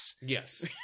Yes